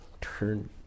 turn